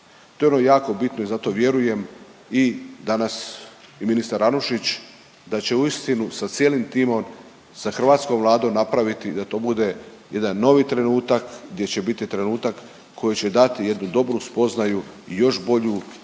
To je ono jako bitno i zato vjerujem i danas i ministar Anušić da će uistinu sa cijelim timom, sa hrvatskom Vladom napraviti da to bude jedan novi trenutak gdje će biti trenutak koji će dati jednu dodatnu spoznaju i još bolju za